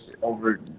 over